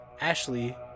ashley